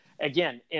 again